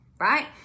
right